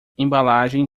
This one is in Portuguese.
embalagem